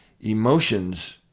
emotions